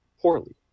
poorly